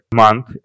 month